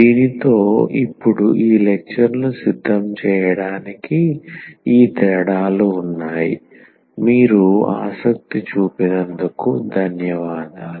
దీనితో ఇప్పుడు ఈ లెక్చర్లను సిద్ధం చేయడానికి ఈ తేడాలు ఉన్నాయి మీరు ఆసక్తి చూపినందుకు ధన్యవాదములు